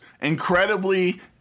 incredibly